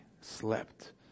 slept